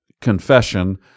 confession